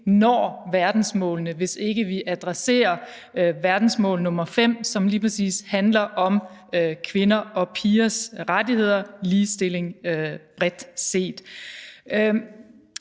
når verdensmålene, hvis ikke vi adresserer verdensmål nr. 5, som lige præcis handler om kvinder og pigers rettigheder i forhold til ligestilling bredt set.